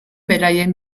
beraien